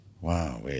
Wow